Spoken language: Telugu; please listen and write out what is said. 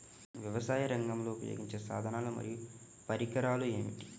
వ్యవసాయరంగంలో ఉపయోగించే సాధనాలు మరియు పరికరాలు ఏమిటీ?